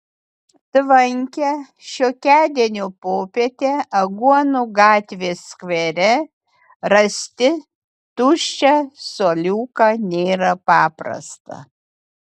tvankią šiokiadienio popietę aguonų gatvės skvere rasti tuščią suoliuką nėra paprasta